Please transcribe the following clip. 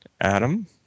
Adam